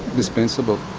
dispensable,